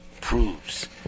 proves